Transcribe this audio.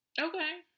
okay